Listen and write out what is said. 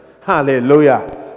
Hallelujah